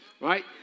right